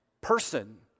person